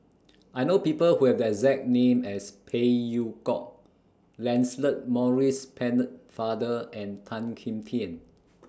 I know People Who Have The exact name as Phey Yew Kok Lancelot Maurice Pennefather and Tan Kim Tian